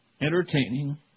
entertaining